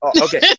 Okay